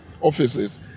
offices